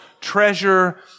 treasure